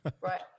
right